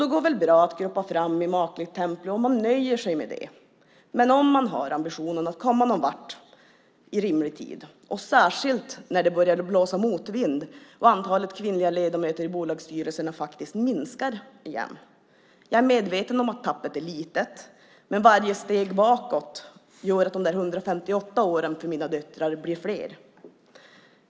Det går väl bra att guppa fram i makligt tempo om man nöjer sig med det, men det går inte om man har ambitionen att komma någonvart i rimlig tid, särskilt när det börjar blåsa motvind och antalet kvinnliga ledamöter i bolagsstyrelserna faktiskt minskar igen. Jag är medveten om att tappet är litet, men varje steg bakåt gör att de där 158 åren för mina döttrar blir fler.